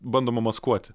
bandoma maskuoti